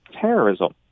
terrorism